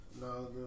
No